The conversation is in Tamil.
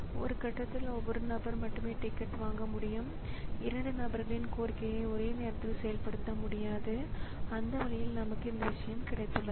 பொதுவாக அனைத்து இன்டரப்ட் சர்வீஸ் ராெட்டின்களின் முகவரிகளையும் கொண்ட இன்டரப்ட் வெக்டார் வழியாக பரிமாற்றம் உள்ளது